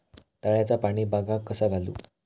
तळ्याचा पाणी बागाक कसा घालू?